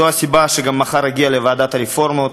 זו הסיבה שגם מחר אגיע לוועדת הרפורמות.